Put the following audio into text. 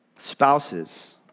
Spouses